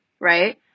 right